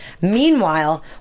Meanwhile